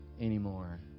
anymore